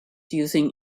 using